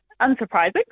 unsurprising